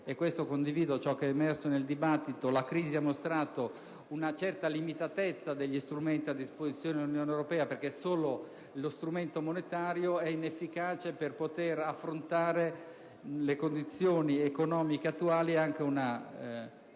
su questo condivido ciò che è emerso nel dibattito - la crisi ha mostrato una certa limitatezza degli strumenti a disposizione dell'Unione europea, perché il solo strumento monetario è inefficace per poter affrontare le condizioni economiche attuali e anche una